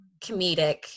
comedic